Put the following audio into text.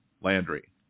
Landry